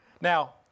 Now